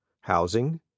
housing